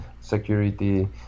security